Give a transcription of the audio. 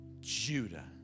Judah